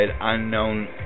unknown